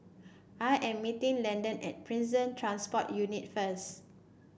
I am meeting Landen at Prison Transport Unit first